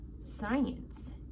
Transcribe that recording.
science